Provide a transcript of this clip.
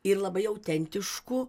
ir labai autentišku